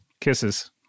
Kisses